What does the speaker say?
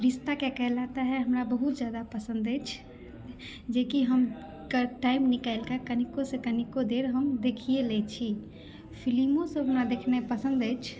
रिश्ता क्या कहलाता है हमरा बहुत ज्यादा पसन्द अछि जेकि हम टाइम निकालि कऽ कनीकोसँ कनीको देर हम देखिये लै छी फिलिमो सब हमरा देखनाइ पसन्द अछि